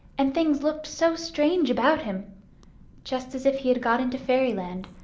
and things looked so strange about him just as if he had got into fairyland,